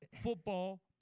football